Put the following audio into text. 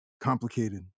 complicated